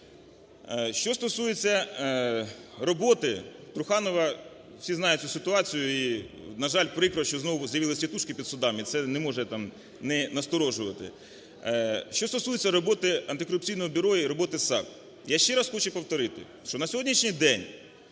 Що стосується роботи Труханова, всі знають цю ситуацію і, на жаль, прикро, що знову з'явились тітушки під судами, це не може, там, не насторожувати. Що стосується роботи Антикорупційного бюро і роботи САП. Я ще раз хочу повторити, що на сьогоднішній день